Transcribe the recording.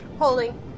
Holding